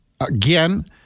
again